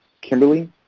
Kimberly